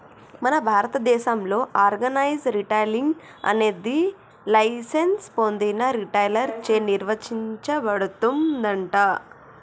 మన భారతదేసంలో organise retailing అనేది లైసెన్స్ పొందిన రిటైలర్ చే నిర్వచించబడుతుందంట